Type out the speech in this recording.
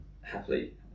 happily